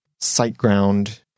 SiteGround